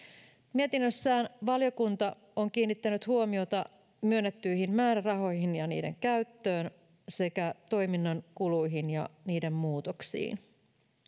mietinnössään valiokunta on kiinnittänyt huomiota myönnettyihin määrärahoihin ja niiden käyttöön sekä toiminnan kuluihin ja niiden muutoksiin